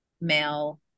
male